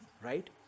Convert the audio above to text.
right